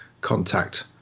Contact